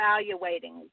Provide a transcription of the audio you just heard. evaluating